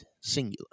singular